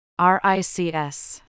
RICS